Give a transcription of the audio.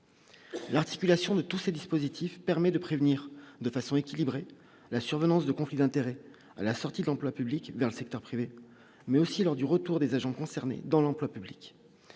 l'articulation de tous ces dispositifs permet de prévenir de façon équilibrée la survenance de conflit d'intérêts à la sortie de l'emploi public vers le secteur privé, mais aussi lors du retour des agents concernés dans l'emploi public,